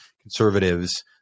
conservatives